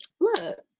Look